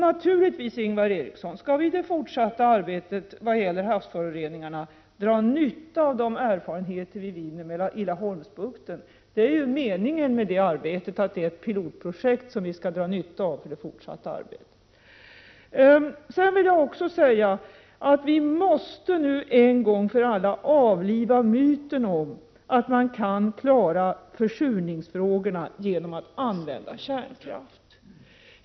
Naturligtvis, Ingvar Eriksson, skall vi i det fortsatta arbetet i vad gäller havsföroreningarna dra nytta av de erfarenheter vi vinner i Laholmsbukten. Det är ju meningen med det arbetet att det skall vara ett pilotprojekt, som vi skall dra nytta av för det fortsatta arbetet. Vi måste nu en gång för alla avliva myten om att man kan klara försurningsfrågorna genom att använda kärnkraft.